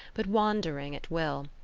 but wandering at will,